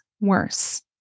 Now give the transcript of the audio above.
worse